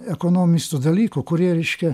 ekonomistų dalykų kurie reiškia